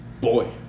Boy